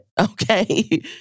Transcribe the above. Okay